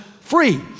free